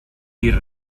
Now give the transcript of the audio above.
dir